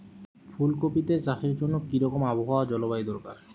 ফুল কপিতে চাষের জন্য কি রকম আবহাওয়া ও জলবায়ু দরকার?